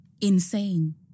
insane